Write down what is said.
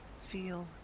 Feel